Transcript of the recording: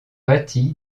bâti